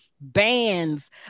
bands